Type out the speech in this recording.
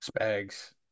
Spags